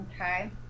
Okay